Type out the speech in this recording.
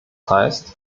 heißt